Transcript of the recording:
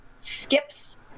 skips